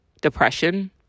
depression